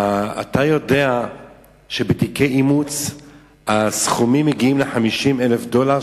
אתה יודע שבתיקי אימוץ הסכומים מגיעים ל-50,000 דולר,